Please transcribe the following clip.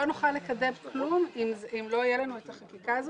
לא נוכל לקדם כלום אם לא תהיה לנו את החקיקה הזו,